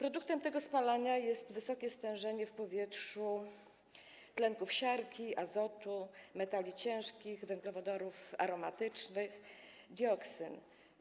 Rezultatem tego spalania jest wysokie stężenie w powietrzu tlenków siarki, azotu, metali ciężkich, węglowodorów aromatycznych, dioksyn.